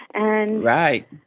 Right